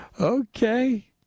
Okay